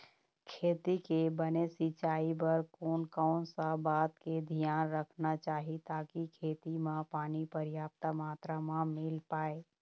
खेती के बने सिचाई बर कोन कौन सा बात के धियान रखना चाही ताकि खेती मा पानी पर्याप्त मात्रा मा मिल पाए?